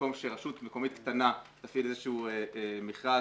במקום שרשות מקומית קטנה תפעיל איזשהו מכרז